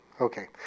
Okay